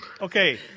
Okay